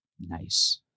Nice